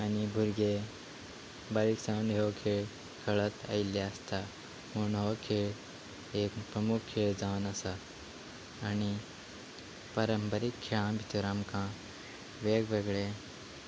आनी भुरगे बारीक सावन खेळ खेळत आयिल्ले आसता म्हूण हो खेळ एक प्रमूख खेळ जावन आसा आनी पारंपारीक खेळां भितर आमकां वेगवेगळे